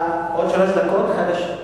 מחדש?